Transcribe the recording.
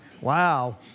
Wow